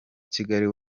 kigali